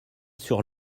sur